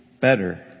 better